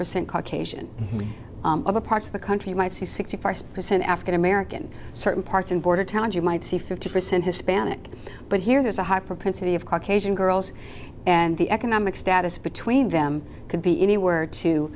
percent caucasian other parts of the country might see sixty five percent african american certain parts in border towns you might see fifty percent hispanic but here there's a high propensity of caucasian girls and the economic status between them could be anywhere to